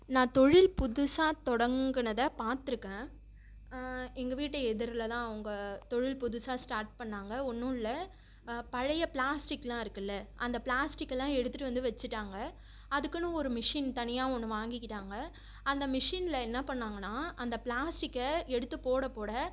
நான் தொழில் புதுசாக தொடங்குனதை பார்த்துருக்கேன் எங்கள் வீட்டு எதிரில் தான் அவங்க தொழில் புதுசாக ஸ்டார்ட் பண்ணாங்க இல்லை பழைய ப்ளாஸ்டிக்லாம் இருக்குல்ல அந்த ப்ளாஸ்டிக்குலாம் எடுத்துகிட்டு வந்து வச்சிட்டாங்க அதுக்குன்னு ஒரு மிஷின் தனியாக ஒன்று வாங்கிக்கிட்டாங்க அந்த மிஷினில் என்ன பண்ணாங்கன்னா அந்த ப்ளாஸ்டிக்கை எடுத்துப் போட போட